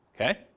Okay